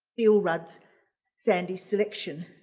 neil rudd's sandy's selection,